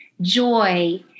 joy